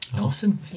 Awesome